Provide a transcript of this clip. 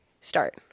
start